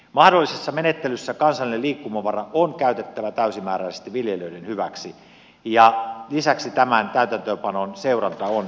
mahdollisessa menettelyssä kansallinen liikkumavara on käytettävä täysimääräisesti viljelijöiden hyväksi ja lisäksi tämän täytäntöönpanon seuranta on välttämätöntä